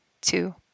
two